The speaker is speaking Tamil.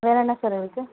வேறு என்ன சார் இருக்கு